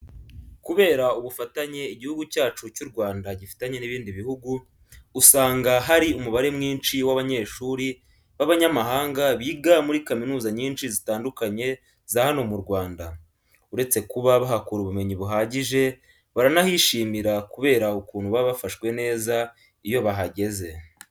Kubera ubufatanye Igihugu cyacu cy'U Rwanda gifitanye n'ibindi bihugu, usanga hari umubare mwinshi w'abanyeshuri b'abanyamahanga biga muri kaminuza nyinshi zitandukanye za hano mu Rwanda. Uretse kuba bahakura ubumenyi buhagije, baranahishimira kubera ukuntu baba bafashwe neza iyo bahageze.